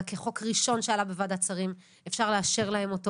נראה לי שיש כאן משהו מאחורי הקלעים שאנחנו עדיין אולי לא מודעים לו.